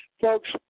Folks